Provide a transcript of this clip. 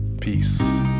peace